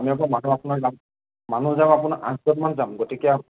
আমি আকৌ মানুহ আপোনাৰ যাম মানুহ যাম আপোনাৰ আঠজন মান যাম গতিকে